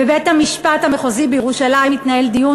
בבית-המשפט המחוזי בירושלים התנהל דיון